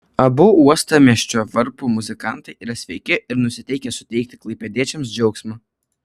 abu uostamiesčio varpų muzikantai yra sveiki ir nusiteikę suteikti klaipėdiečiams džiaugsmą